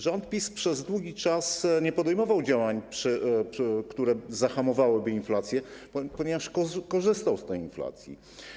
Rząd PiS przez długi czas nie podejmował działań, które zahamowałyby inflację, ponieważ korzystał z tej inflacji.